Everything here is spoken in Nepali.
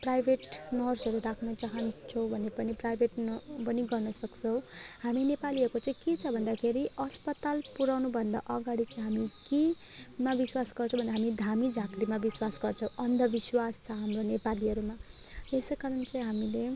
प्राइभेट नर्सहरू राख्नु चाहन्छौ भने पनि प्राइभेट न पनि गर्न सक्छौँ हामी नेपालीहरूको चाहिँ के छ भन्दाखेरि अस्पताल पुराउनुभन्दा अगाडि चाहिँ हामी केमा विश्वास गर्छौँ भन्दा हामी धामी झाँक्रीमा विश्वास गर्छौँ अन्धविश्वास छ हाम्रो नेपालीहरूमा यसैकारण चाहिँ हामीले